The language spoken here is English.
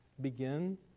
begin